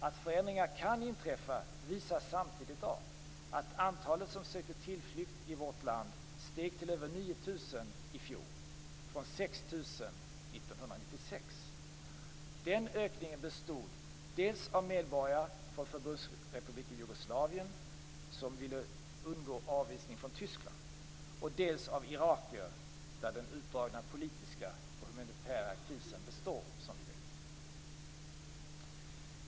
Att förändringar kan inträffa visas samtidigt av att antalet som sökte tillflykt i vårt land steg till över 9 000 i fjol från 6 000 år 1996. Ökningen bestod dels av medborgare från Förbundsrepubliken Jugoslavien, som ville undgå avvisning från Tyskland, dels av irakier, då den utdragna politiska och humanitära krisen i Irak består.